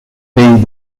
pays